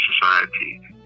society